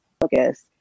focus